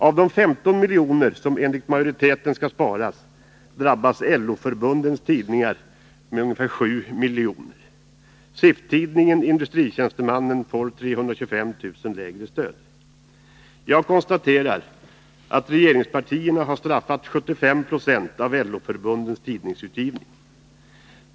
Av de 15 miljoner som enligt majoriteten skall sparas drabbas LO förbundens tidningar med 7 miljoner. SIF-tidningen får ett 325 000 kr. lägre stöd. Jag konstaterar att regeringspartierna har straffat 75 70 av LO-förbundens tidningsutgivning.